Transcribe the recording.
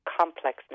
complex